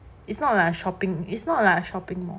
it's not like shopping is not lah shopping mall